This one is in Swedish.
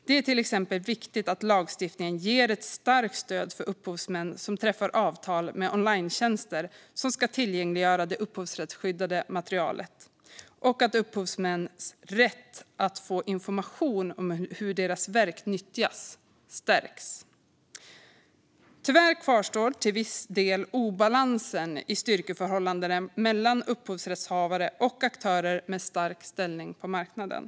Det är till exempel viktigt att lagstiftningen ger starkt stöd till upphovsmän som träffar avtal med onlinetjänster som ska tillgängliggöra det upphovsrättsskyddade materialet och att upphovsmäns rätt att få information om hur deras verk nyttjas stärks. Tyvärr kvarstår till viss del obalansen i styrkeförhållandena mellan upphovsrättshavare och aktörer med stark ställning på marknaden.